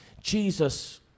Jesus